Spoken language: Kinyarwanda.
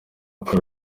akora